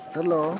Hello